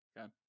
Okay